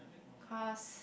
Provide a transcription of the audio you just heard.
cause